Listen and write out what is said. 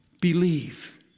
believe